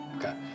Okay